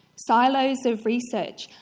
silos of research.